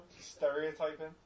stereotyping